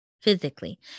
physically